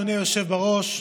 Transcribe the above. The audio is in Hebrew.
אדוני היושב בראש,